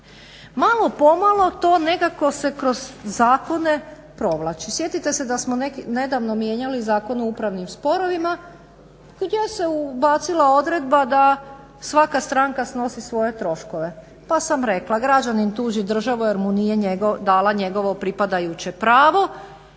Malo pomalo to nekako se kroz zakone provlači. Sjetite se da smo nedavno mijenjali Zakon o upravnim sporovima gdje se ubacila odredba da svaka stranka snosi svoje troškove pa sam rekla građanin tuži državu jer mu nije dala njegovo pripadajuće pravo,